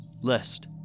lest